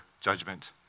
judgment